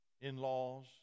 in-laws